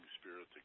spirit